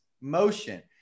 motion